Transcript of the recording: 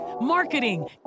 marketing